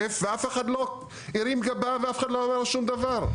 ואף אחד לא הרים גבה ואף אחד לא אמר שום דבר.